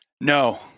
No